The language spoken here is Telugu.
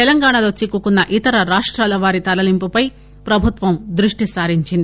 తెలంగాణ లో చిక్కుకున్న ఇతర రాష్రాల వారి తరలింపుపై ప్రభుత్వం దృష్టి సారించింది